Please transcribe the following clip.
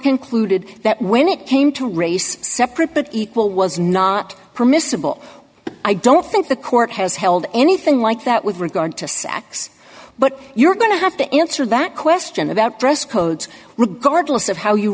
concluded that when it came to race separate but equal was not permissible i don't think the court has held anything like that with regard to saks but you're going to have to answer that question about dress codes regardless of how you